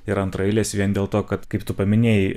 yra antraeilės vien dėl to kad kaip tu paminėjai